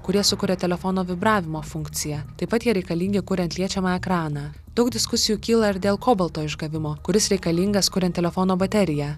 kurie sukuria telefono vibravimo funkciją taip pat jie reikalingi kuriant liečiamą ekraną daug diskusijų kyla ir dėl kobalto išgavimo kuris reikalingas kuriant telefono bateriją